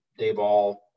Dayball